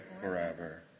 forever